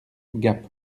gap